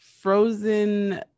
frozen